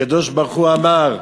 הקדוש-ברוך-הוא אמר: